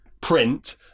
print